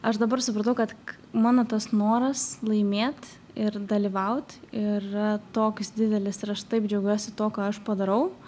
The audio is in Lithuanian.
aš dabar supratau kad k mano tas noras laimėt ir dalyvaut yra toks didelis ir aš taip džiaugiuosi tuo ką aš padarau